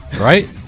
Right